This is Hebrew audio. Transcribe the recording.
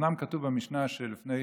אומנם כתוב במשנה שלפני